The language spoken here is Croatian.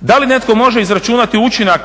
Da li netko može izračunati učinak